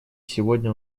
сегодня